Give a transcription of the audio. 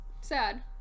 Sad